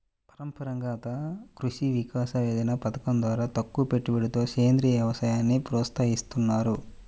పరంపరాగత కృషి వికాస యోజన పథకం ద్వారా తక్కువపెట్టుబడితో సేంద్రీయ వ్యవసాయాన్ని ప్రోత్సహిస్తున్నారు